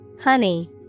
Honey